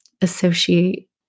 associate